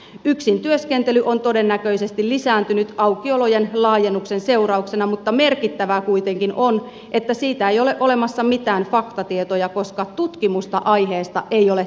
yksin työskentely on todennäköisesti lisääntynyt aukiolojen laajennuksen seurauksena mutta merkittävää kuitenkin on että siitä ei ole olemassa mitään faktatietoja koska tutkimusta aiheesta ei ole tehty